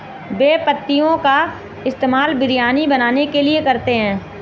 बे पत्तियों का इस्तेमाल बिरयानी बनाने के लिए करते हैं